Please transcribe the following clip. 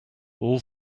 all